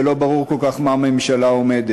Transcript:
ולא ברור כל כך מה הממשלה אומרת.